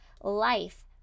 life